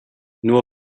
nur